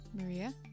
Maria